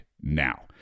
now